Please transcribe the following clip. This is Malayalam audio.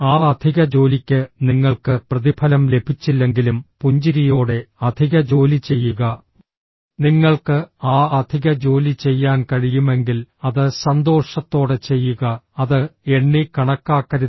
ആ അധിക ജോലിക്ക് നിങ്ങൾക്ക് പ്രതിഫലം ലഭിച്ചില്ലെങ്കിലും പുഞ്ചിരിയോടെ അധിക ജോലി ചെയ്യുക നിങ്ങൾക്ക് ആ അധിക ജോലി ചെയ്യാൻ കഴിയുമെങ്കിൽ അത് സന്തോഷത്തോടെ ചെയ്യുക അത് എണ്ണി കണക്കാക്കരുത്